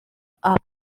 are